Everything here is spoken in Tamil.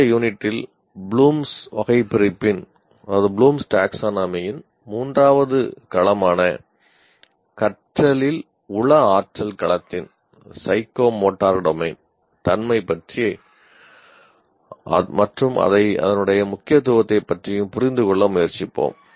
அடுத்த யூனிட்டில் ப்ளூம்ஸ் வகைபிரிப்பின் தன்மை மற்றும் முக்கியத்துவத்தைப் புரிந்துகொள்ள முயற்சிப்போம்